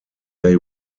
they